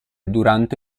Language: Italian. durante